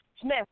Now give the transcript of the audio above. Smith